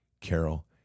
Carol